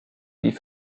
wie